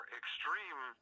extreme